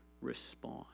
respond